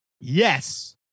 yes